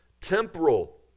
temporal